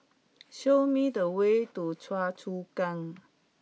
show me the way to Choa Chu Kang